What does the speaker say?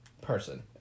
person